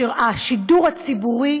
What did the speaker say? השידור הציבורי